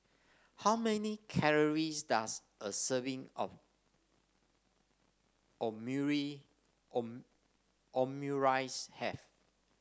how many calories does a serving of Omurice have